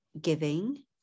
giving